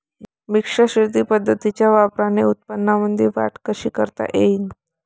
मिश्र शेती पद्धतीच्या वापराने उत्पन्नामंदी वाढ कशी करता येईन?